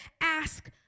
ask